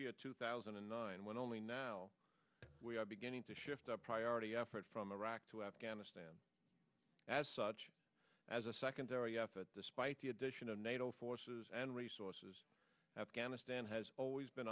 year two thousand and nine when only now we are beginning to shift our priority effort from iraq to afghanistan as such as a secondary effort despite the addition of nato forces and resources afghanistan has always been